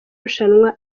rushanwa